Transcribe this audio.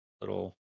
little